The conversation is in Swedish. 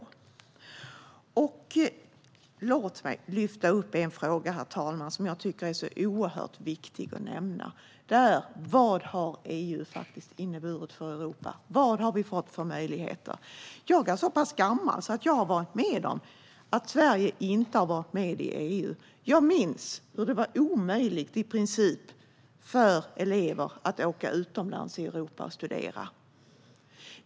Herr talman! Låt mig lyfta upp en fråga som jag tycker är oerhört viktig att nämna, nämligen vad EU faktiskt har inneburit för Europa. Vad har vi fått för möjligheter? Jag är så pass gammal att jag var med när Sverige inte var medlem i EU. Jag minns hur det i princip var omöjligt för elever att åka ut i Europa för att studera.